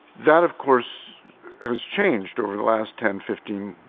that of course has changed over the last ten, fifteen,